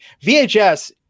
VHS